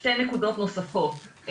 שתי נקודות נוספות.